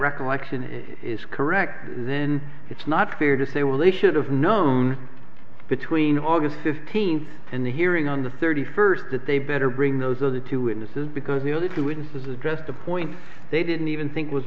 recollection is correct then it's not fair to say well they should have known between august fifteenth and the hearing on the thirty first that they better bring those other two witnesses because nearly two in his address the point they didn't even think was